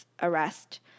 arrest